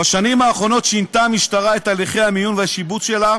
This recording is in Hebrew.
בשנים האחרונות שינתה המשטרה את הליכי המיון והשיבוץ שלה,